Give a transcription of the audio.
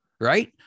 Right